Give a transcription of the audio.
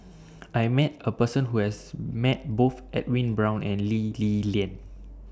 I Met A Person Who has Met Both Edwin Brown and Lee Li Lian